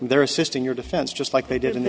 their assisting your defense just like they did